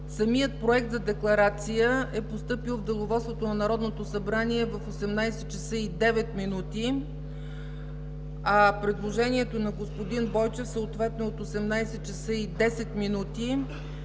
Самият Проект за декларация е постъпил в Деловодството на Народното събрание в 18,09 ч., а предложението на господин Бойчев съответно е от 18,10 ч.